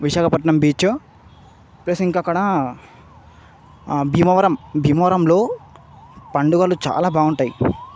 Visakhapatnam beach plus ఇంకక్కడా భీమవరం భీమవరంలో పండుగలు చాలా బాగుంటాయి